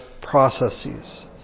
processes